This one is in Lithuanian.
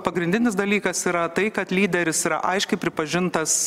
pagrindinis dalykas yra tai kad lyderis yra aiškiai pripažintas